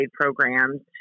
programs